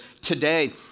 today